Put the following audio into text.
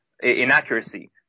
inaccuracy